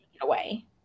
away